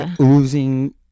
oozing